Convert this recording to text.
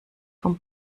vom